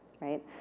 right